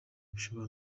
bishobora